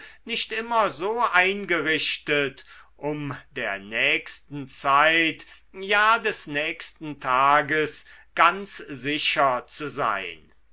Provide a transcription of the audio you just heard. nicht immer so eingerichtet um der nächsten zeit ja des nächsten tages ganz sicher zu sein